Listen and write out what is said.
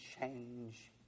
change